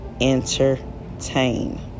entertain